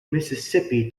mississippi